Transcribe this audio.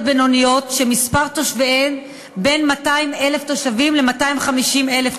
בינוניות שמספר תושביהן בין 200,000 ל-250,000,